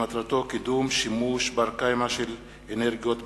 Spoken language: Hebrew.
שמטרתו קידום שימוש בר-קיימא של אנרגיות מתחדשות.